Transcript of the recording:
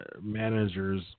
managers